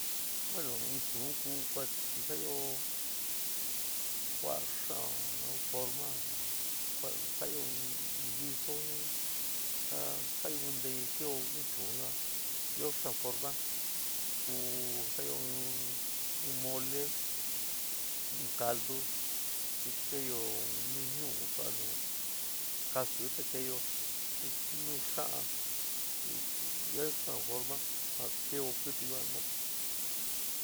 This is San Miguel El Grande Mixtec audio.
Bueno in chuún ku kuat saáyo kuaá xaán nu forma ja kua saáyo in guiso jin ka saáyo in ntéyu keo in chuún yuan ɨó xaán forma ku sa'ayo in mole in caldu xi keéyo nu ñuú suaá nu skásuyo te keéyo xi nu xa'án ió xaán forma ja keo kɨtɨ yuan jina'ati.